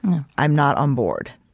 i'm not on board.